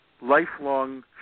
lifelong